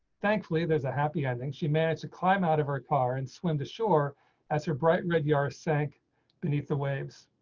thankfully, there's a happy ending, she managed to climb out of our car and swim to shore as her bright red yeah car sank beneath the waves.